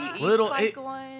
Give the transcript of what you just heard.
little